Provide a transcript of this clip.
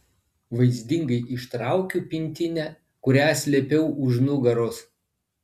vaizdingai ištraukiu pintinę kurią slėpiau už nugaros